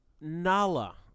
Nala